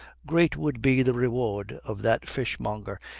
great would be the reward of that fishmonger,